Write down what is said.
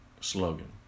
slogan